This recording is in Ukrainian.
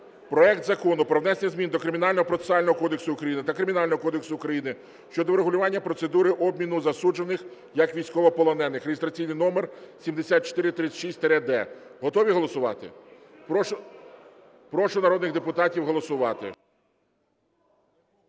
проект Закону про внесення змін до Кримінального процесуального кодексу України та Кримінального кодексу України щодо врегулювання процедури обміну засуджених як військовополонених (реєстраційний номер 7436-д). Готові голосувати? Прошу народних депутатів голосувати.